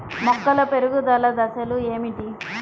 మొక్కల పెరుగుదల దశలు ఏమిటి?